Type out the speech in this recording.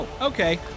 Okay